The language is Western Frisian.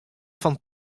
fan